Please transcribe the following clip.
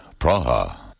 Praha